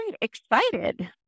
excited